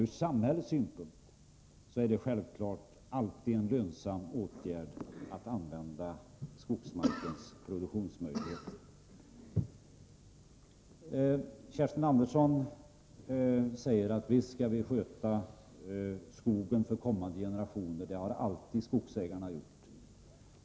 Ur samhällets synpunkt är det självfallet alltid en lönsam åtgärd att använda skogsmarkens produktionsmöjligheter. Kerstin Andersson säger att visst skall vi sköta skogen för kommande generationer — det har alltid skogsägarna gjort.